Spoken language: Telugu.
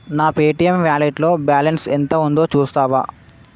నా పేటియం వ్యాలెట్లో బ్యాలన్స్ ఎంత ఉందో చూస్తావా